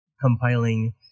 compiling